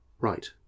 Right